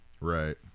Right